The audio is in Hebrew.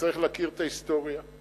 צריך להכיר את ההיסטוריה.